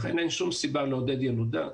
לכן אין שום סיבה לעודד ילודה.